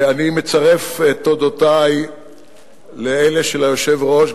אני מצרף את תודותי לאלה של היושב-ראש,